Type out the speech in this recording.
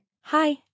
Hi